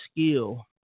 skill